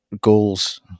goals